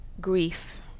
grief